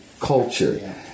culture